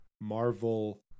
Marvel